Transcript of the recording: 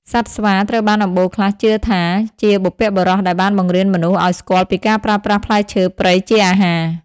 សត្វស្វា ត្រូវបានអំបូរខ្លះជឿថាជាបុព្វបុរសដែលបានបង្រៀនមនុស្សឱ្យស្គាល់ពីការប្រើប្រាស់ផ្លែឈើព្រៃជាអាហារ។